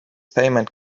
payment